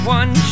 one